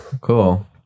Cool